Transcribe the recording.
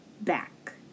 back